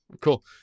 cool